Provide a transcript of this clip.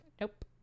Nope